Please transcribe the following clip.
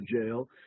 jail